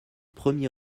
premier